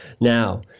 now